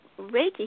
Reiki